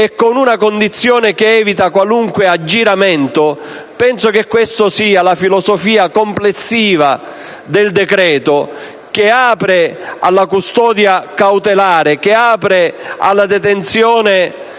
e con una condizione che evita qualunque aggiramento, penso che questa sia la filosofia complessiva del decreto, che apre alla custodia cautelare, che apre alla detenzione